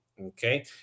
Okay